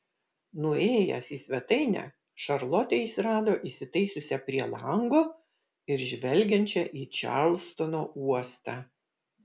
nuėjęs į svetainę šarlotę jis rado įsitaisiusią prie lango ir žvelgiančią į čarlstono uostą